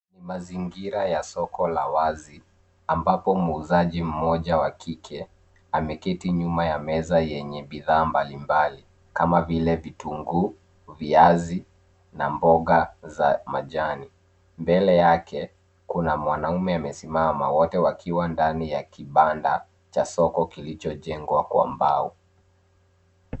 Ni mazingira ya soko la wazi ambapo muuzaji mmoja wa kike ameketi nyuma ya meza yenye bidhaa mbalimbali kama vile vitunguu, viazi na mboga za majani. Mbele yake kuna mwanaume amesimama wote wakiwa ndani ya kibanda cha soko kilichojengwa kwa mbao.